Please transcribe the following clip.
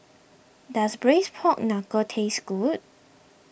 does Braised Pork Knuckle taste good